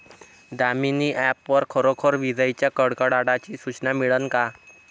Damini app वर खरोखर विजाइच्या कडकडाटाची सूचना मिळन का?